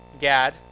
Gad